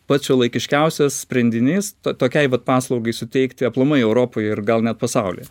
pats šiuolaikiškiausias sprendinys tokiai paslaugai suteikti aplamai europoj ir gal net pasaulyje